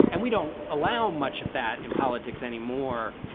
and we don't allow much of that in politics anymore.